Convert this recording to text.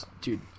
dude